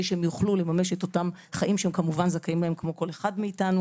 שיוכלו לממש את החיים שהם זכאים להם כמו כל אחד מאתנו.